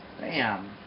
Bam